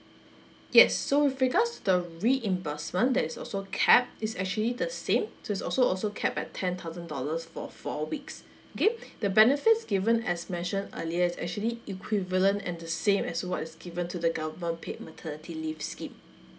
yes so with regards to the reimbursement that is also capped it's actually the same so is also also capped at ten thousand dollars for four weeks again the benefits given as mention earlier is actually equivalent at the same as what's given to the government paid maternity leave scheme